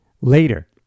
later